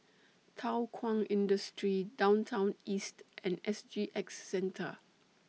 Thow Kwang Industry Downtown East and S G X Centre